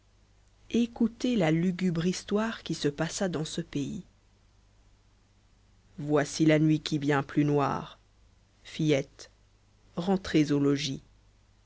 ecoutez la lugubre histoire qui se passa dans ce pays voici la nuit qui vient plus noire fillettes rentrez au logis